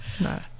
No